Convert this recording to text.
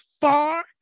far